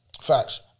facts